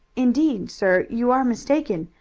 indeed, sir, you are mistaken.